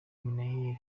minaert